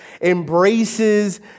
embraces